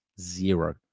zero